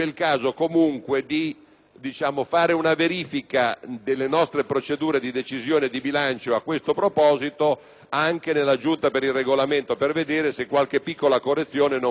fare una verifica delle nostre procedure di decisione di bilancio a tale propositoanche nella Giunta per il Regolamento per verificare se l'apporto di qualche piccola correzione possa aiutareil Senato